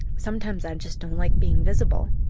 sometimes i just don't like being visible.